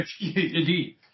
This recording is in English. Indeed